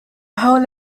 whole